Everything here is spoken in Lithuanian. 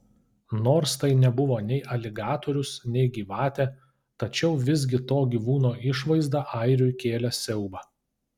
nors tai nebuvo nei aligatorius nei gyvatė tačiau visgi to gyvūno išvaizda airiui kėlė siaubą